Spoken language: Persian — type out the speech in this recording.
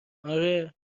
آره